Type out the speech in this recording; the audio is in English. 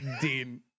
Dean